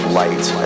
light